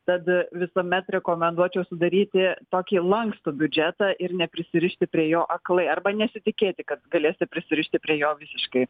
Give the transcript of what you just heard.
tada visuomet rekomenduočiau sudaryti tokį lankstų biudžetą ir neprisirišti prie jo aklai arba nesitikėti kad galėsi prisirišti prie jo visiškai